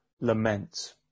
lament